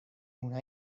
una